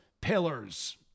pillars